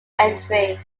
entry